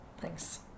Thanks